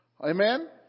Amen